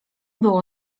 było